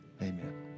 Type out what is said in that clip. amen